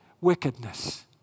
Wickedness